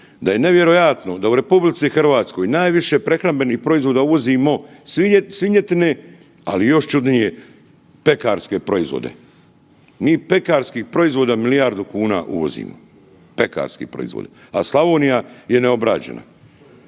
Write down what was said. da je nevjerojatno da u RH najviše prehrambenih proizvoda uvozimo svinjetine, ali još čudnije pekarske proizvode. Mi pekarskih proizvoda milijardu kuna uvozimo, pekarski proizvodi, a Slavonija je neobrađena.